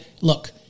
look